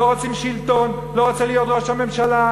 לא רוצים שלטון, לא רוצה להיות ראש הממשלה.